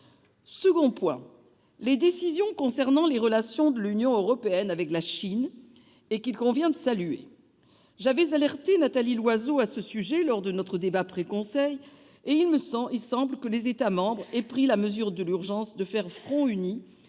Deuxième point : les décisions concernant les relations de l'Union européenne avec la Chine, qu'il convient de saluer. J'avais alerté Nathalie Loiseau à ce sujet lors de notre débat préalable au Conseil européen et il semble que les États membres aient pris la mesure de l'urgence de faire front uni